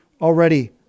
already